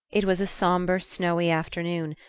it was a sombre snowy afternoon,